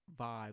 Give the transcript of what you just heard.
vibe